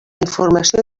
informació